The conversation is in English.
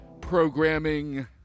programming